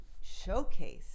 showcase